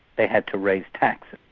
they had to raise taxes.